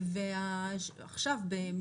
יש עבודה עליו,